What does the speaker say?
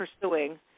pursuing